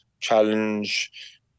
challenge